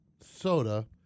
soda